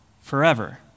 forever